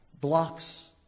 blocks